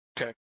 Okay